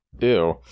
Ew